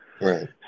Right